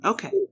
Okay